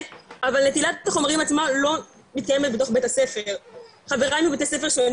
אבל נטילת החומרים עצמה לא מתקיימת בתוך בית הספר חבריי מבתי ספר שונים